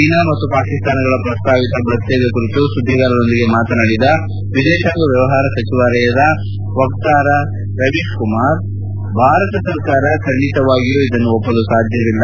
China ಮತ್ತು ಪಾಕಿಸ್ತಾನಗಳ ಪ್ರಸ್ತಾವಿತ ಬಸ್ ಸೇವೆ ಕುರಿತು ಸುದ್ದಿಗಾರರು ಹೇಳದ ಪ್ರಶ್ನೆಗೆ ಪ್ರತಿಕ್ರಿಯಿಸಿದ ವಿದೇಶಾಂಗ ವ್ಯವಹಾರಗಳ ಸಚಿವಾಲಯದ ವಕ್ತಾರ ರವೀಶ್ ಕುಮಾರ್ ಭಾರತ ಸರ್ಕಾರ ಖಂಡಿತವಾಗಿಯೂ ಇದನ್ನು ಒಪ್ಪಲು ಸಾಧ್ಯವಿಲ್ಲ